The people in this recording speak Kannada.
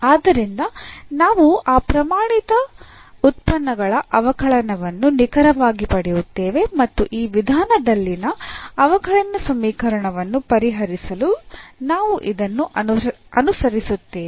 ಆದ್ದರಿಂದ ನಾವು ಆ ಪ್ರಮಾಣಿತ ಉತ್ಪನ್ನಗಳ ಅವಕಲನವನ್ನು ನಿಖರವಾಗಿ ಪಡೆಯುತ್ತೇವೆ ಮತ್ತು ಈ ವಿಧಾನದಲ್ಲಿನ ಅವಕಲನ ಸಮೀಕರಣವನ್ನು ಪರಿಹರಿಸಲು ನಾವು ಇದನ್ನು ಅನುಸರಿಸುತ್ತೇವೆ